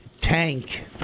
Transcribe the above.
tank